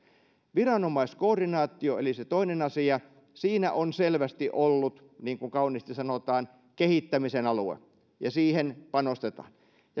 viranomaiskoordinaatio oli se toinen asia siinä on selvästi ollut niin kuin kauniisti sanotaan kehittämisen alue ja siihen panostetaan